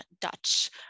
Dutch